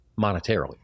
monetarily